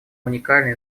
уникальный